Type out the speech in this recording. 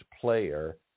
player